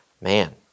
Man